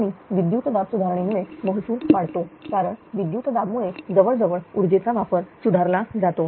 आणि विद्युत दाब सुधारणेमुळे महसूल वाढतो कारण विद्युतदाब मुळे जवळजवळ ऊर्जेचा वापर सुधारला जातो